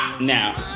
Now